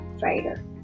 fighter